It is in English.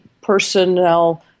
personnel